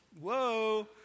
Whoa